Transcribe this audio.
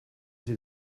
sie